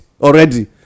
already